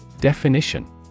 Definition